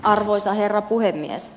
arvoisa herra puhemies